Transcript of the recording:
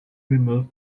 remove